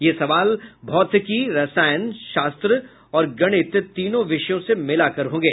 यह सवाल भौतिकी रसायनशास्त्र और गणित तीनों विषयों से मिलाकर होंगे